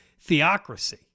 theocracy